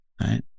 right